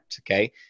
okay